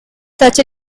such